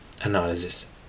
analysis